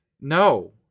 no